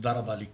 תודה רבה ל כולם.